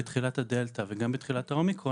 בתחילת הדלתא וגם בתחילת האומיקרון